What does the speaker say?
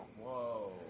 Whoa